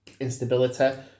instability